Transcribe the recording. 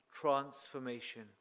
transformation